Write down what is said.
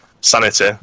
Sanity